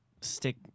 stick